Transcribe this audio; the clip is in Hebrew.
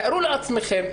תארו לעצמכם,